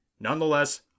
Nonetheless